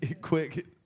quick